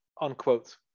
Unquote